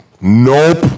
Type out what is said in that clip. nope